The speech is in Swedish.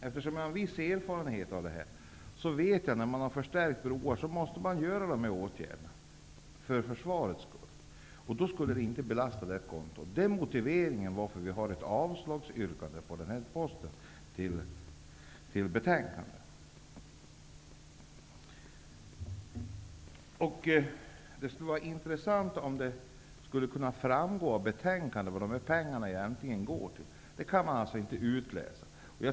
Eftersom jag har en viss erfarenhet på detta område, vet jag att man måste vidta de här åtgärderna när man förstärker broar, för försvarets skull. Det skulle inte belasta det här kontot. Det är motiveringen till att vi har ett avslagsyrkande på den här posten. Det hade alltså varit intressant om det framgått av betänkandet vad pengarna egentligen skall gå till, men det kan man inte utläsa.